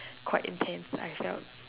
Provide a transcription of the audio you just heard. quite intense I felt